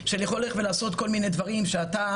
של יכולת לעשות כל מיני דברים שאתה